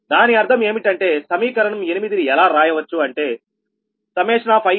దాని అర్థం ఏమిటంటే సమీకరణం 8 ని ఎలా రాయవచ్చు అంటే i1mPgi PL0